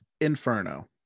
Inferno